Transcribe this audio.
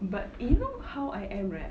but you know how I am right